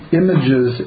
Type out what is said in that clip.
images